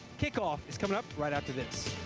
kickoff is coming up right after this.